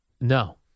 no